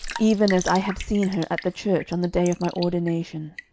even as i had seen her at the church on the day of my ordination.